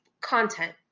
content